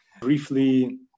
briefly